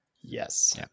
yes